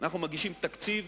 אנחנו מגישים תקציב